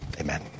amen